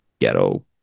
ghetto